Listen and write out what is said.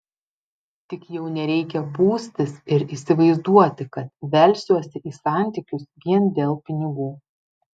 tik jau nereikia pūstis ir įsivaizduoti kad velsiuosi į santykius vien dėl pinigų